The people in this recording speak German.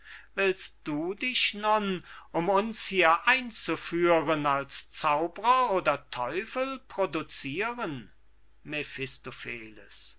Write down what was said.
willst du dich nun um uns hier einzuführen als zaub'rer oder teufel produziren